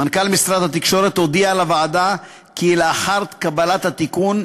מנכ"ל משרד התקשורת הודיע לוועדה כי לאחר קבלת התיקון,